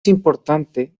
importante